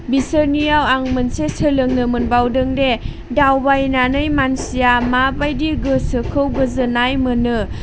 बिसोरनियाव आं मोनसे सोलोंनो मोनबावदों दि दावबायनानै मानसिया माबायदि गोसोखौ गोजोननाय मोनो